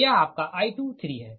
तो यह आपका I23 है